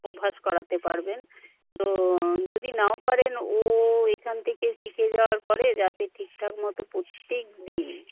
অভ্যাস করাতে পারবেন তো যদি নাও পারেন ও এইখান থেকে শিখে যাওয়ার পরে যাতে ঠিকঠাক মতো প্রত্যেকদিন